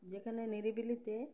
যেখানে নিরিবিলিতে